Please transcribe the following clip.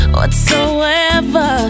whatsoever